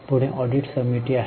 पुढे ऑडिट समिती आहे